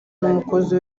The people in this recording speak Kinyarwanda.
n’umukozi